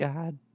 God